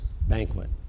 banquet